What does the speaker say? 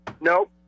nope